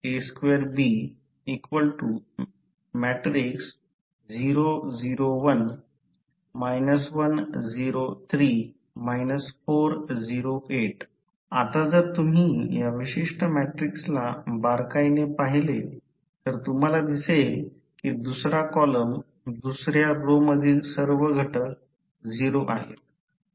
आता जर तुम्ही या विशिष्ट मॅट्रिक्सला बारकाईने पाहिले तर तुम्हाला दिसेल की दुसरा कॉलम दुसर्या रो मधील सर्व घटक 0 आहेत